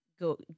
go